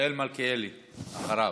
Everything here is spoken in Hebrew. מיכאל מלכיאלי אחריו.